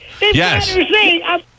Yes